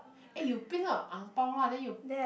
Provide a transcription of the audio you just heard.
eh you print out a ang-bao lah then you